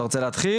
אתה רוצה להתחיל,